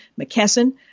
McKesson